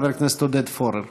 חבר הכנסת עודד פורר.